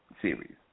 series